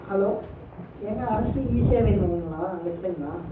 hello ஏங்க அரசு இசேவை மையங்களா